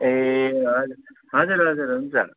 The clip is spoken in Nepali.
ए हजुर हजुर हुन्छ